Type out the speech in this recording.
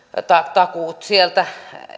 takuut sieltä